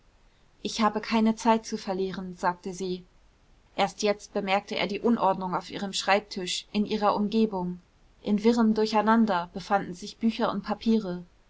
ich habe keine zeit zu verlieren sagte sie erst jetzt bemerkte er die unordnung auf ihrem schreibtisch in ihrer umgebung in wirrem durcheinander befanden sich bücher und papiere